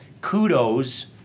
kudos